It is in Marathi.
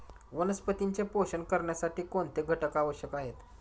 वनस्पतींचे पोषण करण्यासाठी कोणते घटक आवश्यक आहेत?